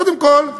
קודם כול,